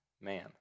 man